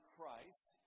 Christ